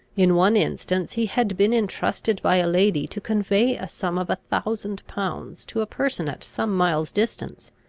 in one instance he had been intrusted by a lady to convey a sum of a thousand pounds to a person at some miles distance